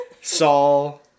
Saul